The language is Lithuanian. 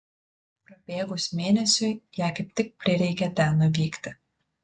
prabėgus mėnesiui jai kaip tik prireikė ten nuvykti